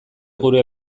gure